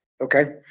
Okay